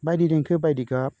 बायदि देंखो बायदि गाब